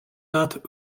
leat